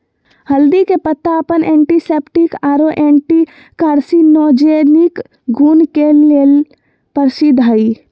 हल्दी के पत्ता अपन एंटीसेप्टिक आरो एंटी कार्सिनोजेनिक गुण के लेल प्रसिद्ध हई